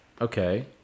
Okay